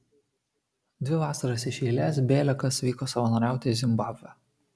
dvi vasaras iš eilės bėliakas vyko savanoriauti į zimbabvę